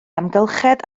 amgylchedd